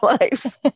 life